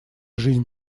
жизнь